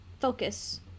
focus